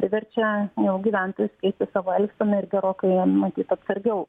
verčia jo gyventojus keisti savo elgseną ir gerokai matyt atsargiau